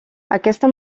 aquesta